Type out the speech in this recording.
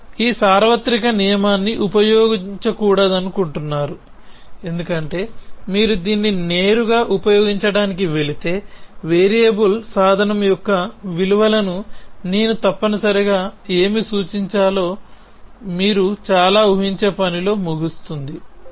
మీరు ఈ సార్వత్రిక నియమాన్ని ఉపయోగించకూడదనుకుంటున్నారు ఎందుకంటే మీరు దీన్ని నేరుగా ఉపయోగించడానికి వెళితే వేరియబుల్ సాధనం యొక్క విలువలను నేను తప్పనిసరిగా ఏమి సూచించాలో మీరు చాలా ఉహించే పనిలో ముగుస్తుంది